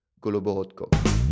Goloborodko